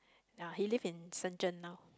ya he live in Shenzhen now